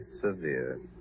severe